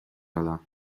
حالا